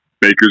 Baker's